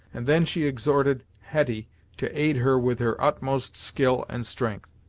and then she exhorted hetty to aid her with her utmost skill and strength.